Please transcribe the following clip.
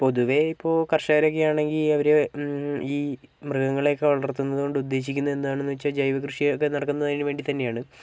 പൊതുവേ ഇപ്പോൾ കർഷകരൊക്കെ ആണെങ്കിൽ അവർ ഈ മൃഗങ്ങളെയൊക്കെ വളർത്തുന്നതുകൊണ്ട് ഉദ്ദേശിക്കുന്നത് എന്താണെന്ന് വച്ചാൽ ജൈവകൃഷിയൊക്കെ നടക്കുന്നത് അതിന് വേണ്ടിത്തന്നെയാണ്